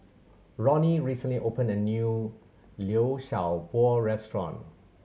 Roni recently opened a new Liu Sha Bao restaurant